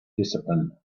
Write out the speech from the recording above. discipline